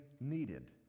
needed